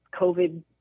covid